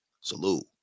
salute